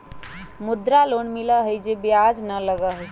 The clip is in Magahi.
मुद्रा लोन मिलहई जे में ब्याज न लगहई?